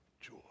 joy